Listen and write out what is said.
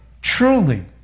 truly